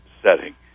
setting